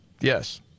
Yes